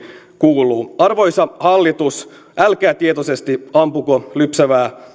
kuuluu arvoisa hallitus älkää tietoisesti ampuko lypsävää